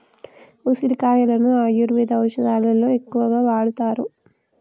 ఉసిరికాయలను ఆయుర్వేద ఔషదాలలో ఎక్కువగా వాడుతారు